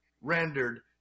rendered